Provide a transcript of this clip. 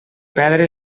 perdre